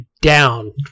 down